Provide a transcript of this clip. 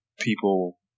people